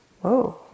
Whoa